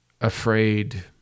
afraid